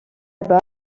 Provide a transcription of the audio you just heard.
bas